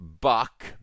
Buck